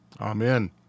Amen